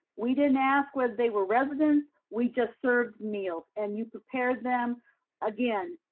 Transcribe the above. we didn't ask whether they were residents. we just served meals and you prepared them again.